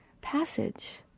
passage